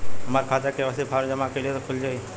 हमार खाता KYC form जमा कइले से खुल जाई?